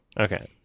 Okay